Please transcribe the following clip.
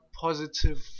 positive